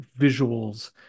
visuals